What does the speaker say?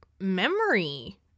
memory